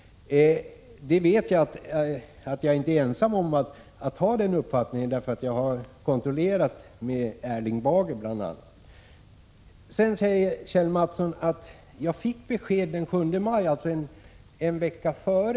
Jag vet att jag inte är ensam om att ha den uppfattningen. Jag har nämligen kontrollerat med bl.a. Erling Bager. Kjell Mattsson sade att jag fick besked den 7 maj, dvs. en vecka innan.